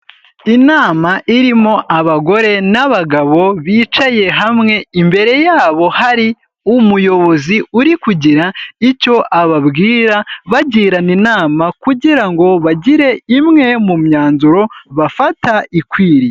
Inama irimo abagore n'abagabo bicaye hamwe, imbere yabo hari umuyobozi uri kugira icyo ababwira, bagirana inama kugira ngo bagire imwe mu myanzuro bafata ikwiriye.